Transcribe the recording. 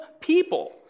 people